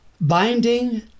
Binding